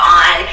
on